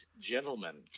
gentlemen